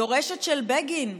יורשת של בגין,